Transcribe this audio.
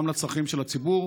בצרכים של הציבור.